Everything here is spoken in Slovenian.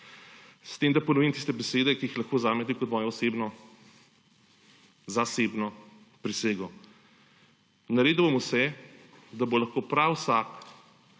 s tem, da ponovim tiste besede, ki jih lahko vzamete kot moje osebno, zasebno prisego. Naredil bom vse, da bo lahko prav vsak